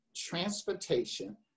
transportation